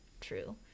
true